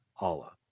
allah